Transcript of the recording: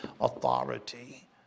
authority